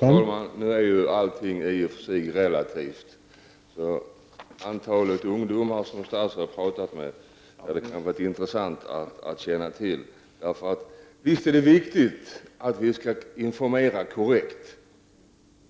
Herr talman! Nu är ju allting i och för sig relativt. Det vore intressant att få veta hur många ungdomar som statsrådet har talat med. Visst är det viktigt att vi ger korrekt information.